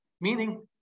Meaning